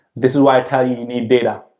this is why i tell you, you need data.